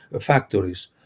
factories